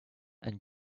and